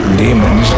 demons